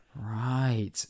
right